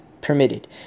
permitted